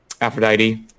Aphrodite